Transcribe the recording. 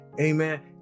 amen